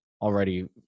already